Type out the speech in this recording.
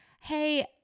Hey